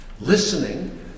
Listening